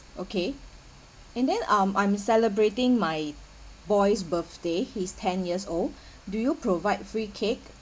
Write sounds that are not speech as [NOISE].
okay and then um I'm celebrating my boy's birthday he's ten years old [BREATH] do you provide free cake